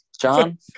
John